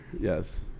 Yes